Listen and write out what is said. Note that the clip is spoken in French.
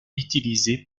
utilisé